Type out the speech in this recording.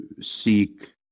seek